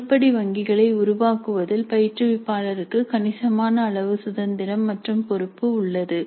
உருப்படி வங்கிகளை உருவாக்குவதில் பயிற்றுவிப்பாளருக்கு கணிசமான அளவு சுதந்திரம் மற்றும் பொறுப்பு உள்ளது